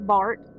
Bart